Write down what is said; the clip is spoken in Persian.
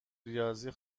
ریاضی